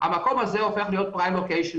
המקום הזה הולך להיות מרכזי.